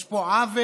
יש פה עוול